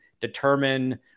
determine